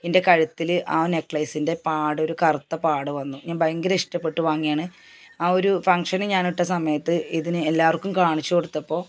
എൻ്റെ കഴുത്തിൽ ആ നെക്ലേയ്സിൻ്റെ പാട് ഒരു കറുത്ത പാട് വന്നു ഞാൻ ഭയങ്കര ഇഷ്ടപ്പെട്ട് വാങ്ങിയതാണ് ആ ഒരു ഫങ്ഷന് ഞാൻ ഇട്ട സമയത്ത് ഇതിന് എല്ലാവർക്കും കാണിച്ചു കൊടുത്തപ്പോൾ